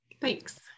thanks